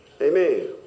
Amen